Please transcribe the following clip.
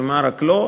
ומה לא,